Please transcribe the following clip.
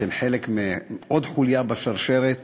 אתם עוד חוליה בשרשרת